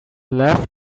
left